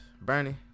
bernie